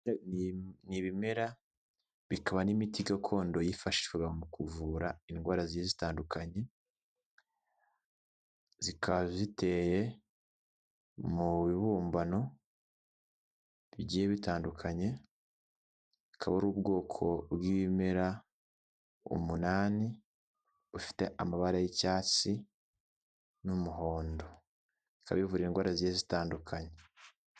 Ni ibimera bikaba n'imiti gakondo yifashishwaga mu kuvura indwara zigiye zitandukanye zikaba ziteye mu bibumbano bitandukanye ikaba ubwoko bw'ibimera umunani ufite amabara y'icyatsi n'umuhondo, bikaba bivura indwara zigiye zitandukanye.